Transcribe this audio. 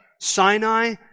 Sinai